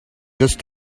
just